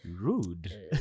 Rude